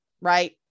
Right